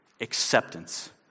acceptance